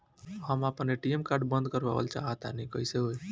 हम आपन ATM card बंद करावल चाह तनि कइसे होई?